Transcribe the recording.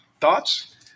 Thoughts